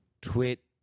Twit